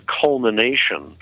culmination